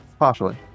Partially